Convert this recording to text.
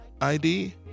ID